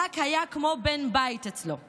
ברק היה כמו בן בית אצלו.